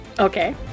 Okay